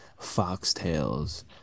Foxtails